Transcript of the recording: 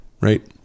Right